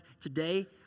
today